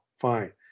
Fine